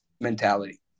mentality